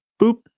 boop